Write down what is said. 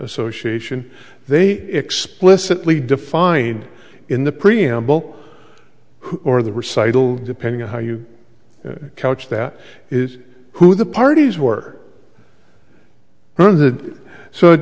association they explicitly defined in the preamble who or the recital depending on how you couch to that is who the parties were